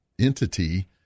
entity